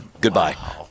Goodbye